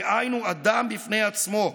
דהיינו אדם בפני עצמו.